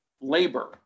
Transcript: labor